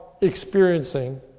experiencing